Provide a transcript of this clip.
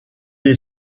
est